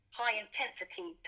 high-intensity